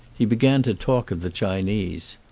he began to talk of the chinese.